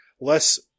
less